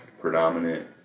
predominant